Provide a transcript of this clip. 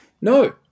no